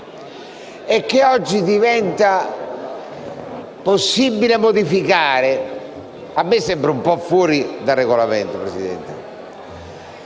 e che oggi diventa possibile modificare. A me sembra un po' fuori dal Regolamento, Presidente,